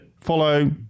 Follow